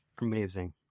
Amazing